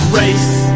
race